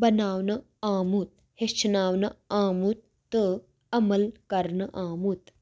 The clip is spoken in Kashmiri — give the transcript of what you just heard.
بناونہٕ آمُت ہیٚچھناونہٕ آمُت تہٕ عمل کرنہٕ آمُت